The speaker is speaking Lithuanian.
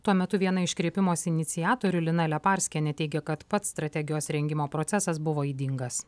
tuo metu viena iš kreipimosi iniciatorių lina leparskienė teigia kad pats strategijos rengimo procesas buvo ydingas